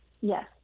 Yes